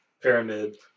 pyramid